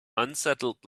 unsettled